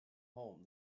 home